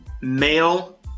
male